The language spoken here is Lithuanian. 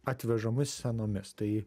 atvežomis senomis tai